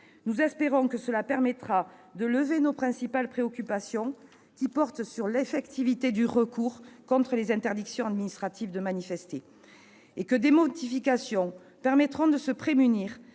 Nous espérons que cela permettra de répondre à nos principales préoccupations, qui portent sur l'effectivité du recours contre les interdictions administratives de manifester, et que des modifications permettront de se prémunir